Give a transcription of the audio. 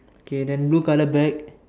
okay then blue color bag